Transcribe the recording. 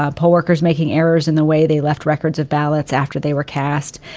ah poll workers making errors in the way they left records of ballots after they were cast.